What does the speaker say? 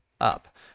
up